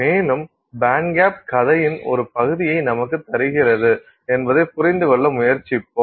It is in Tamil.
மேலும் பேண்ட்கேப் கதையின் ஒரு பகுதியை நமக்குத் தருகிறது என்பதைப் புரிந்து கொள்ள முயற்சிப்போம்